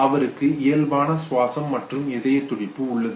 அவருக்கு இயல்பான சுவாசம் மற்றும் இதயத் துடிப்பு உள்ளது